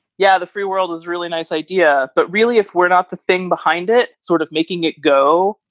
yeah, the free world is really nice idea. but really, if we're not the thing behind it, sort of making it go,